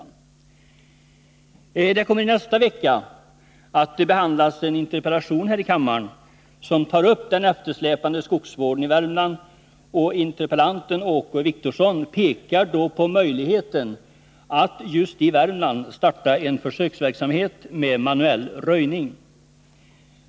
Det kommer i nästa vecka att behandlas en interpellation här i kammaren som tar upp den eftersläpande skogsvården i Värmland, och interpellanten, Åke Wictorsson, pekar på möjligheten att just i Värmland starta en försöksverksamhet med manuell röjning.